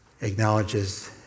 acknowledges